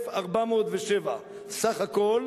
12,407. בסך הכול